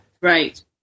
Right